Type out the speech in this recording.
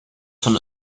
von